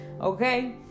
okay